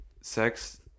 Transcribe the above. sex